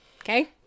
Okay